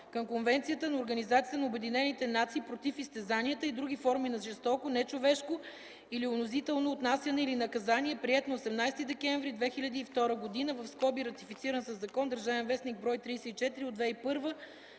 обединените нации против изтезанията и други форми на жестоко, нечовешко или унизително отнасяне или наказание, приет на 18 декември 2002 г., (ратифициран със закон - ДВ, бр. 34 от 2011